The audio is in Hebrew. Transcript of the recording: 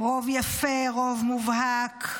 רוב יפה, רוב מובהק,